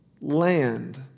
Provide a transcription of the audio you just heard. land